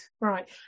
right